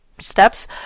steps